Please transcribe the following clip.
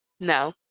No